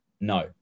no